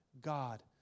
God